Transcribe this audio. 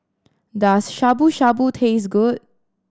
does Shabu Shabu taste good